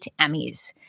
Emmys